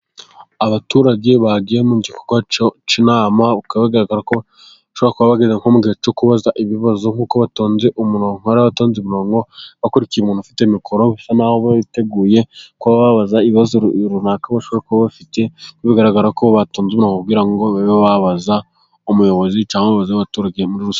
Abaturage bagiye mu gikorwa cy'inama, bikaba bigaragara ko bashobora kuba bageze mu gihe cyo kubaza ibibazo, nk'uko batonze umurongo bakurikiye umuntu ufite mikoro, biteguye kuba babaza ibibazo runaka bashobora kuba bafite, bigaragara ko batonze umurongo ngo babe babaza umuyobozi, cyangwa babaze abaturage muri rusange.